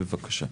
בבקשה.